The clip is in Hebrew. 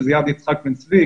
שזה יד יצחק בן צבי,